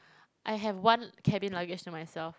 I have one cabin luggage to myself